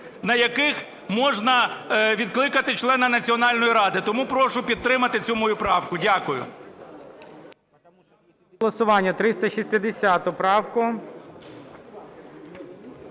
на яких можна відкликати члена Національної ради. Тому прошу підтримати цю мою правку. Дякую.